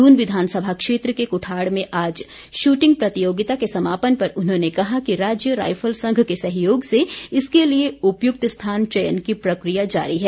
दून विधानसभा क्षेत्र के कुठाड़ में आज शूटिंग प्रतियोगिता के समापन पर उन्होंने कहा कि राज्य राइफल संघ के सहयोग से इसके लिए उपयुक्त स्थान चयन की प्रक्रिया जारी है